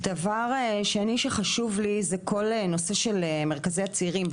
דבר שני שחשוב לי, זה כל נושא של מרכזי הצעירים.